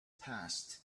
passed